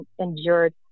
endured